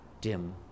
dim